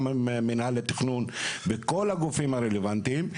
עם מינהל התכנון ועם כל הגופים הרלוונטיים.